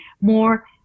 more